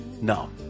No